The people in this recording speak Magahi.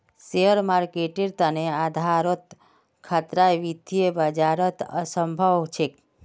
शेयर मार्केटेर तने आधारोत खतरा वित्तीय बाजारत असम्भव छेक